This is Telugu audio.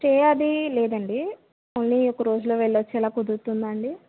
స్టే అది లేదండి ఓన్లీ ఒక్కరోజులో వెళ్లి వచ్చేలా కుదురుతుందా అండి